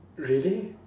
really